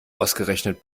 ausgerechnet